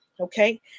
Okay